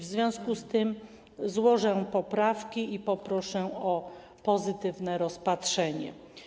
W związku z tym złożę poprawki i poproszę o pozytywne ich rozpatrzenie.